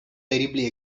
terribly